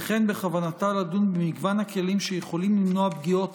וכן בכוונתה לדון במגוון הכלים שיכולים למנוע פגיעות